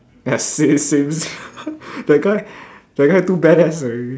ya same same sia that guy that guy too badass already